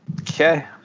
Okay